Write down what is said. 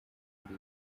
muri